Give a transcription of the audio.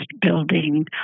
building